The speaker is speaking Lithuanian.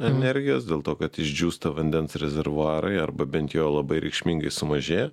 energijos dėl to kad išdžiūsta vandens rezervuarai arba bent jo labai reikšmingai sumažėja